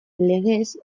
legez